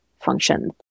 function